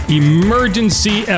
emergency